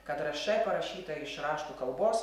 kad rš parašyta iš raštų kalbos